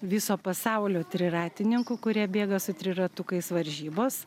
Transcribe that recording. viso pasaulio triratininkų kurie bėga su triratukais varžybos